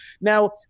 Now